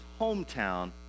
hometown